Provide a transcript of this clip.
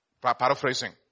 Paraphrasing